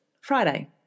Friday